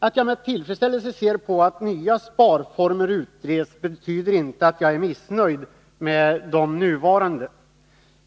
Att jag med tillfredsställelse ser att nya sparformer utreds betyder inte att jag är missnöjd med de nuvarande.